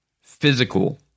physical